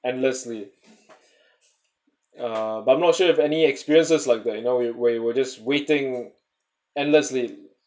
endlessly uh but I'm not sure if any experiences like that you know we're we're just waiting endlessly